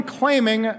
claiming